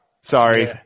Sorry